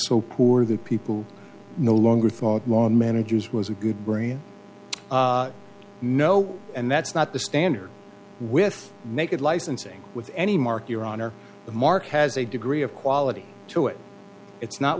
so poor that people no longer thought law managers was a good brain no and that's not the standard with naked licensing with any mark your honor the mark has a degree of quality to it it's not